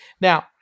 Now